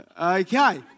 Okay